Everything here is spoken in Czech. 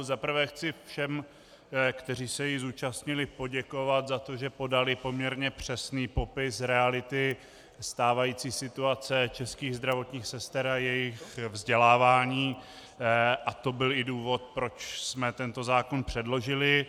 Za prvé chci všem, kteří se jí zúčastnili, poděkovat za to, že podali poměrně přesný popis reality stávající situace českých zdravotních sester a jejich vzdělávání, a to byl i důvod, proč jsme tento zákon předložili.